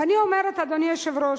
ואני אומרת, אדוני היושב-ראש,